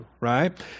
right